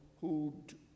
who'd